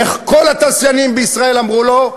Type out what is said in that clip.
איך כל התעשיינים בישראל אמרו לו: